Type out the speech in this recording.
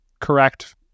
correct